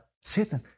Satan